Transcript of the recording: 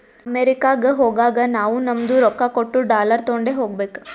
ಅಮೆರಿಕಾಗ್ ಹೋಗಾಗ ನಾವೂ ನಮ್ದು ರೊಕ್ಕಾ ಕೊಟ್ಟು ಡಾಲರ್ ತೊಂಡೆ ಹೋಗ್ಬೇಕ